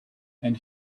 and